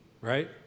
right